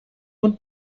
und